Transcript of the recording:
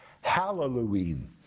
Halloween